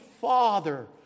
Father